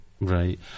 right